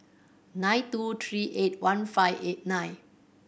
nine two three eight one five eight nine